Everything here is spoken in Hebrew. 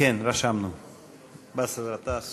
כבוד היושב-ראש,